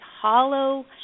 hollow